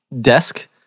desk